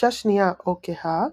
דבשה שנייה או כהה